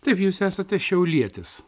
taip jūs esate šiaulietis